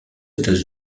états